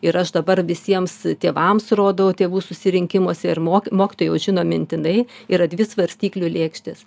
ir aš dabar visiems tėvams rodau tėvų susirinkimuose ir mok mokytojai jau žino mintinai yra dvi svarstyklių lėkštės